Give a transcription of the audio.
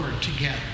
together